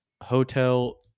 hotel